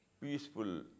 peaceful